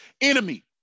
enemy